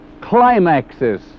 climaxes